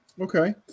Okay